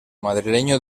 madrileño